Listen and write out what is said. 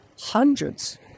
hundreds